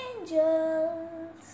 angels